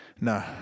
No